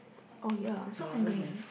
oh ya so hungry